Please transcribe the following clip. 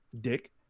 dick